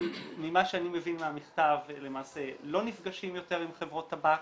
ממה שאני מבין מהמכתב למעשה לא נפגשים יותר עם חברות טבק,